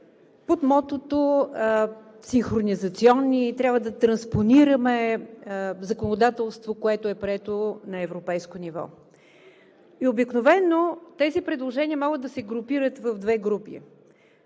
под мотото – синхронизационни, и трябва да транспонираме законодателство, което е прието на европейско ниво. Обикновено тези предложения могат да се групират в две групи.